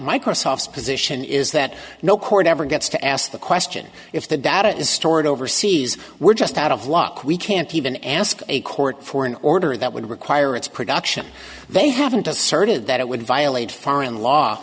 microsoft's position is that no court ever gets to ask the question if the data is stored overseas we're just out of luck we can't even ask a court for an order that would require its production they haven't to serve did that it would violate foreign law